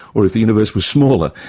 or if the universe was smaller?